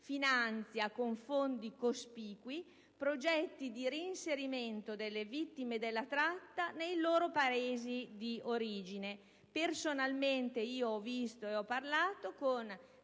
finanzia con fondi cospicui progetti di reinserimento delle vittime della tratta nei loro Paesi di origine. Personalmente, ho incontrato